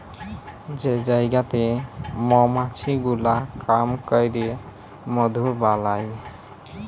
যে জায়গাতে মমাছি গুলা কাম ক্যরে মধু বালাই